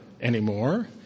anymore